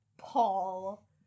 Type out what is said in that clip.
Paul